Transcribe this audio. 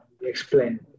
explain